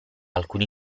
alcuni